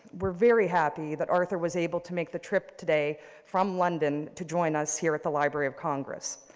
we're very happy that arthur was able to make the trip today from london to join us here at the library of congress.